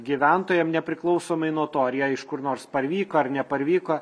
gyventojam nepriklausomai nuo to ar jie iš kur nors parvyko ar neparvyko